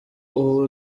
ubu